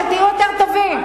שתהיו יותר טובים.